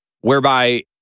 whereby